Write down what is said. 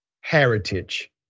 Heritage